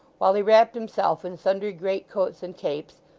while he wrapped himself in sundry greatcoats and capes,